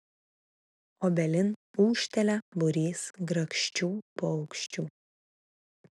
obelin ūžtelia būrys grakščių paukščių